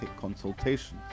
consultations